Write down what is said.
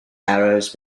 arrows